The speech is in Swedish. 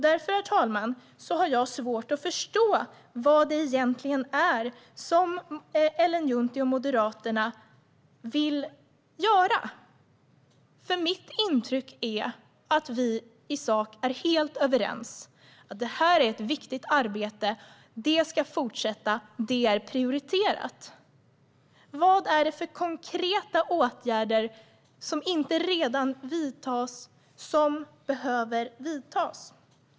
Därför, herr talman, har jag svårt att förstå vad det egentligen är som Ellen Juntti och Moderaterna vill göra, för mitt intryck är att vi i sak är helt överens om att det här är ett viktigt arbete som ska fortsätta och är prioriterat. Vad är det för konkreta åtgärder som inte redan vidtas som behöver vidtas?